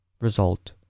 Result